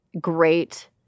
great